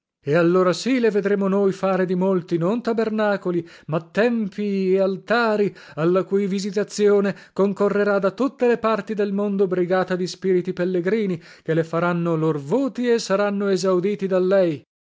e allora sì le vedremo noi fare di molti non tabernacoli ma tempii e altari alla cui visitazione concorrerà da tutte le parti del mondo brigata di spiriti pellegrini che le faranno lor voti e saranno esauditi da lei